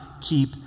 keep